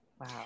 Wow